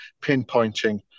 pinpointing